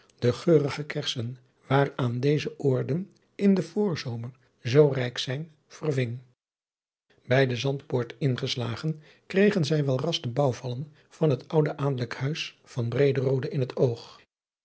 de geurige kersen waaraan deze oorden in den voorzomer zoo rijk zijn verving bij de zandpoort ingeslagen kregen zij welras de bouwvallen van het oude adelijk huis van brederode in het oog